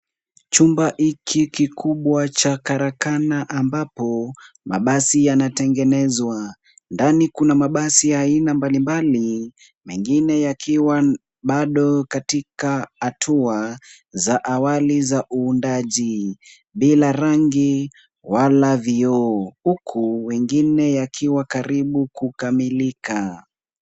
Chumba hiki kikubwa cha karakana ambapo mabasi yanatengenezwa. Ndani kuna mabasi ya aina mbalimbali, mengine yakiwa bado katika hatua za awali za uundaji, bila rangi wala vioo, huku wengine yakiwa karibu kukamilika.